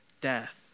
death